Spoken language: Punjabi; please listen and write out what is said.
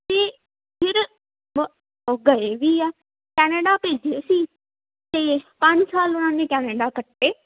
ਅਤੇ ਫਿਰ ਵ ਉਹ ਗਏ ਵੀ ਆ ਕੈਨੇਡਾ ਭੇਜੇ ਸੀ ਅਤੇ ਪੰਜ ਸਾਲ ਉਹਨਾਂ ਨੇ ਕੈਨੇਡਾ ਕੱਟੇ